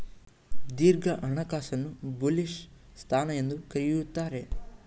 ದೀರ್ಘ ಹಣಕಾಸನ್ನು ಬುಲಿಶ್ ಸ್ಥಾನ ಎಂದು ಕರೆಯುತ್ತಾರೆ